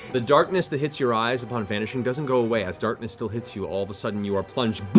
the darkness that hits your eyes upon vanishing doesn't go away as darkness still hits you. all of a sudden, you are plunged